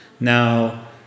Now